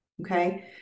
Okay